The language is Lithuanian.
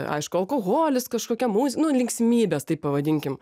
aišku alkoholis kažkokia muz nu linksmybės taip pavadinkim